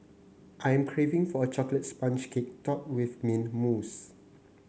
I am craving for a chocolate sponge cake topped with mint mousse